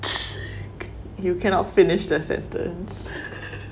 you cannot finish the sentence